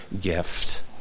gift